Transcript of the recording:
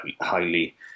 highly